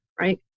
right